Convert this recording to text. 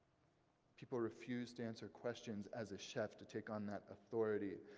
people refuse to answer questions as a chef to take on that authority,